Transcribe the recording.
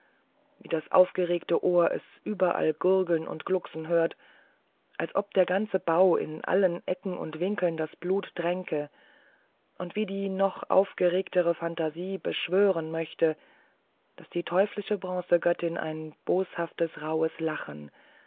wie das aufgeregte ohr es überall gurgeln und glucksen hört als ob der ganze bau in allen ecken und winkeln das blut tränke und wie die noch aufgeregtere phantasie beschwören möchte daß die teuflische bronzegöttin ein boshaftes rauhes lachen